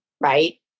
right